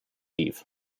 eve